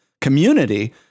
community